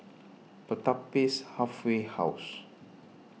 Pertapis Halfway House